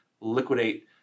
liquidate